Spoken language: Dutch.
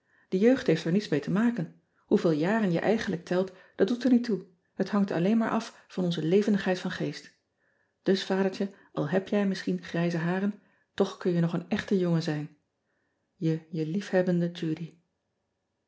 e jeugd heeft er niets mee te maken hoeveel jaren je eigenlijk telt dat doet er niet toe het hangt alleen maar af van onze levendigheid van geest us adertje al heb jij misschien grijze haren toch kun je nog een echte jongen zijn e je liefhebbende udy